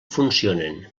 funcionen